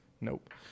Nope